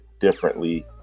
differently